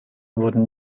wurden